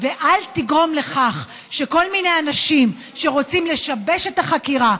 ואל תגרום לכך שכל מיני אנשים שרוצים לשבש את החקירה,